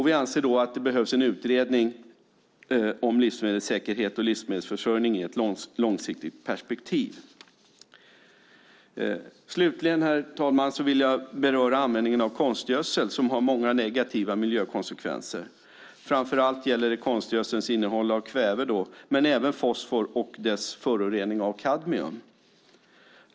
Vi anser därför att det behövs en utredning om livsmedelssäkerhet och livsmedelsförsörjning i ett långsiktigt perspektiv. Slutligen, herr talman, vill jag beröra användningen av konstgödsel som har många negativa miljökonsekvenser. Framför allt gäller det konstgödselns innehåll av kväve men även fosfor och dess förorening av kadmium.